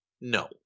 No